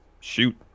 shoot